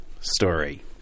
story